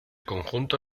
conjunto